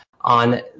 on